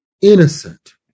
innocent